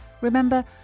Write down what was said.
Remember